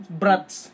brats